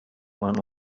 and